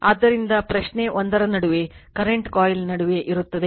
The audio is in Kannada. ಆದ್ದರಿಂದ ಪ್ರಶ್ನೆ ಒಂದರ ನಡುವೆ ಕರೆಂಟ್ ಕಾಯಿಲ್ ನಡುವೆ ಇರುತ್ತದೆ